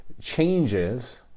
changes